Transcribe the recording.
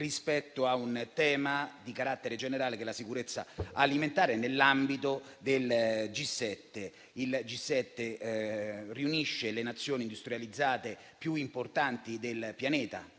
rispetto a un tema di carattere generale, ovvero la sicurezza alimentare, nell'ambito del G7, che riunisce le Nazioni industrializzate più importanti di un'area